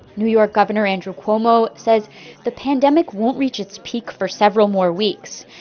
new york governor andrew cuomo says the pandemic won't reach its peak for several more weeks.